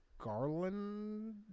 Garland